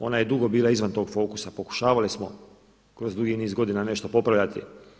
Ona je dugo bila izvan tog fokusa, pokušavali smo kroz dugi niz godina nešto popravljati.